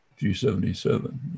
G77